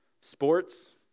Sports